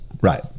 Right